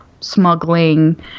smuggling